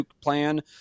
plan